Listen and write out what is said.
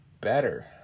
better